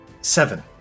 seven